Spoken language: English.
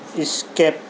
skip